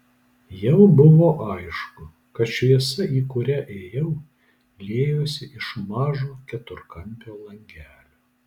jau buvo aišku kad šviesa į kurią ėjau liejosi iš mažo keturkampio langelio